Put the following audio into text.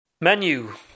menu